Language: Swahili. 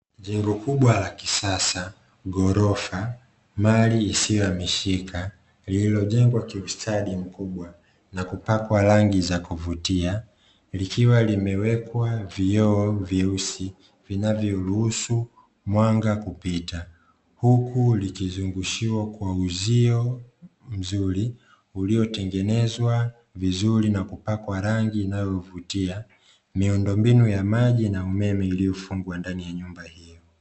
Jengo kubwa la kisasa ghorofa, mali isiyohamishika. Lililojengwa kiustadi mkubwa na kupakwa rangi za kuvutia. Likiwa limewekwa vioo vyeusi vinavyoruhusu mwanga kupita, huku likizungushiwa kwa uzio mzuri uliotengenezwa vizuri na kupakwa rangi inayovutia. Miundombinu ya maji na umeme iliyofungwa ndani ya nyumba hiyo.